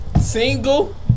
Single